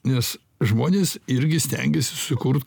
nes žmonės irgi stengiasi sukurt